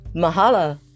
Mahala